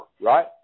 Right